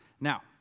Now